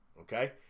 Okay